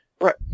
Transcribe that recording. right